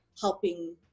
helping